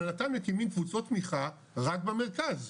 אבל נט"ל מקימים קבוצות תמיכה רק במרכז,